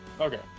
okay